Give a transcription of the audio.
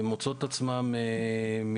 ומוצאות את עצמן מייצרות